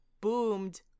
boomed